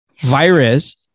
Virus